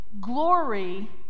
glory